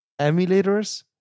emulators